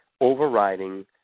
overriding